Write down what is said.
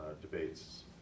debates